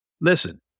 Listen